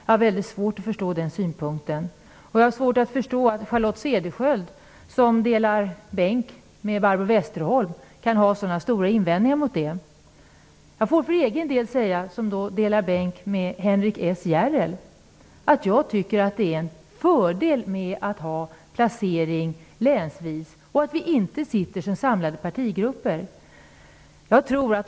Jag har väldigt svårt att förstå den synpunkten, och jag har svårt att förstå hur Charlotte Cederschiöld som delar bänk med Barbro Westerholm kan ha så stora invändningar mot den länsvisa placeringen. Jag delar bänk med Henrik S Järrel, och för egen del kan jag säga att jag tycker att det är en fördel med att vara länsvis placerade och med att vi inte sitter samlade i partigrupper.